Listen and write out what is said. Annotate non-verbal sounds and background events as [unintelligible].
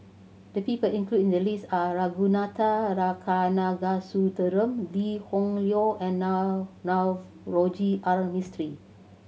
the people included in the list are Ragunathar Kanagasuntheram Lee Hoon Leong and [unintelligible] Navroji R Mistri